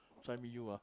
so I meet you ah